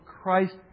Christ